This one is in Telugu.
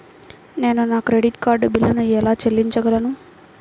నేను నా క్రెడిట్ కార్డ్ బిల్లును ఎలా చెల్లించగలను?